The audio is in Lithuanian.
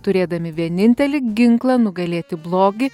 turėdami vienintelį ginklą nugalėti blogį